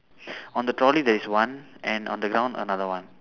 on the trolley there is one and on the ground another one